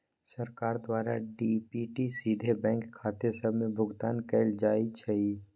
सरकार द्वारा डी.बी.टी सीधे बैंक खते सभ में भुगतान कयल जाइ छइ